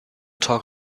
talk